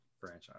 franchise